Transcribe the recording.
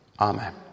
Amen